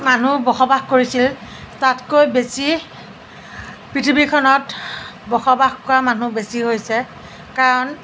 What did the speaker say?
মানুহ বসবাস কৰিছিল তাতকৈ বেছি পৃথিৱীখনত বসবাস কৰা মানুহ বেছি হৈছে কাৰণ